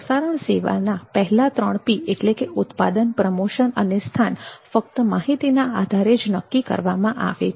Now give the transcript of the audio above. પ્રસારણ સેવાના પહેલા ત્રણ P એટલે કે ઉત્પાદન પ્રમોશન અને સ્થાન ફક્ત માહિતીના આધારે જ નક્કી કરવામાં આવે છે